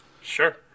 Sure